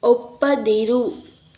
ಒಪ್ಪದಿರು